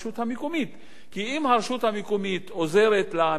כי אם הרשות המקומית עוזרת למשפחות לשלוח